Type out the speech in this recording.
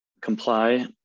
comply